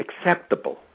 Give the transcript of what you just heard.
acceptable